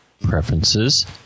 Preferences